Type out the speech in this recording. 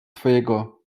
twojego